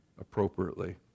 appropriately